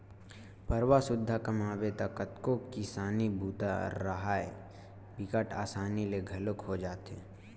परवार सुद्धा कमाबे त कतको किसानी बूता राहय बिकट असानी ले घलोक हो जाथे